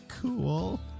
Cool